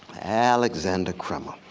alexander crummell.